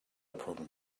problem